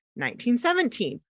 1917